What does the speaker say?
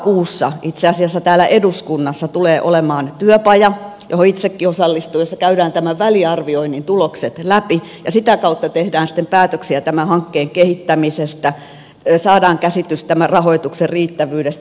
lokakuussa itse asiassa täällä eduskunnassa tulee olemaan työpaja johon itsekin osallistun jossa käydään tämän väliarvioinnin tulokset läpi ja sitä kautta tehdään sitten päätöksiä tämän hankkeen kehittämisestä saadaan käsitys tämän rahoituksen riittävyydestä